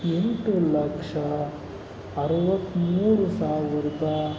ಎಂಟು ಲಕ್ಷ ಅರವತ್ತ್ಮೂರು ಸಾವಿರ್ದ